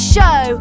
Show